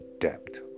depth